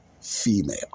female